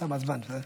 --- תם הזמן, בסדר?